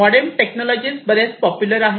modem technology बरेच popular आहेत